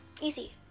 Easy